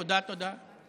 תודה, תודה.